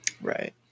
Right